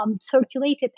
circulated